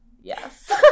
yes